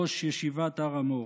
ראש ישיבת הר המור: